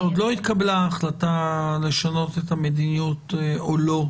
עוד לא התקבלה החלטה לשנות את המדיניות או לא,